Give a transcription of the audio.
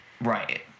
Right